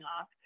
off